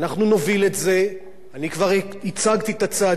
אני כבר הצגתי את הצעדים האלה בימים האחרונים.